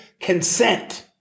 consent